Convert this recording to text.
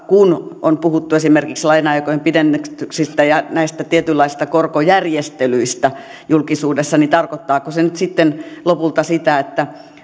on puhuttu esimerkiksi laina aikojen pidennyksistä ja tietynlaisista korkojärjestelyistä julkisuudessa niin tarkoittaako se sitten lopulta sitä että